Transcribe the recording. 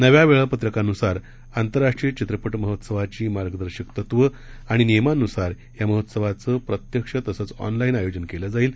नव्या वेळापत्रकानुसार आंतरराष्ट्रीय चित्रपट महोत्सवाची मार्गदर्शक तत्व आणि नियमांनुसार या महोत्सवाचं प्रत्यक्ष तसंच ऑनलाईन आयोजन केलं जाईल